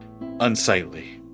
unsightly